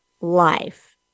life